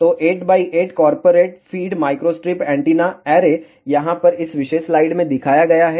तो 8 x 8 corporate feed microstrip antenna array यहाँ पर इस विशेष स्लाइड में दिखाया गया है